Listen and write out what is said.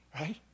Right